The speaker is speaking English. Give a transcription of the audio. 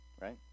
Right